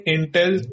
Intel